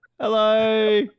Hello